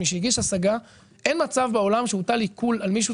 מי שהגיש השגה אין מצב בעולם שהוטל עיקול מירי,